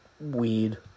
weed